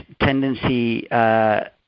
tendency